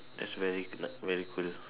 that's very like very cool